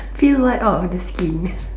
peel what all of the skin